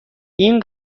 این